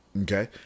Okay